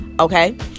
Okay